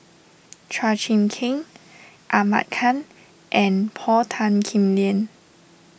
Chua Chim Kang Ahmad Khan and Paul Tan Kim Liang